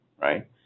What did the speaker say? right